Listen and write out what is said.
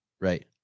Right